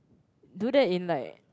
do there in like